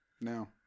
No